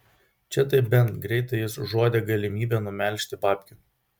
čia tai bent greitai jis užuodė galimybę numelžti babkių